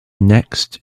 next